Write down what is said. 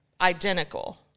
identical